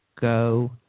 go